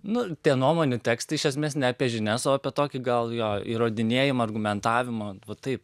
nu tie nuomonių tekstai iš esmės ne apie žinias o apie tokį gal jo įrodinėjimą argumentavimo va taip